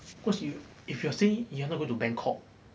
cause you if you are saying you're not going to bangkok